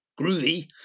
groovy